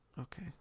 Okay